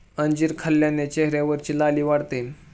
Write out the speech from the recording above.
अंजीर खाल्ल्याने चेहऱ्यावरची लाली वाढते